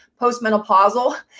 postmenopausal